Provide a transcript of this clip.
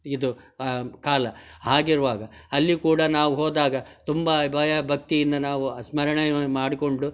ಇದು ಕಾಲ ಹಾಗಿರುವಾಗ ಅಲ್ಲಿ ಕೂಡ ನಾವು ಹೋದಾಗ ತುಂಬ ಭಯ ಭಕ್ತಿಯಿಂದ ನಾವು ಆ ಸ್ಮರಣೆಯ ಮಾಡಿಕೊಂಡು